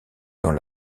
dans